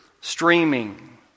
streaming